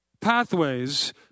pathways